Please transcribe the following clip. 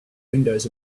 windows